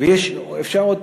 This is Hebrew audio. אפשר עוד